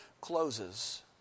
closes